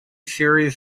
series